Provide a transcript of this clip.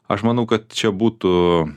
aš manau kad čia būtų